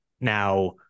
Now